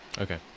Okay